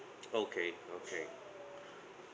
okay okay